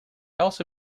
also